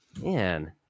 man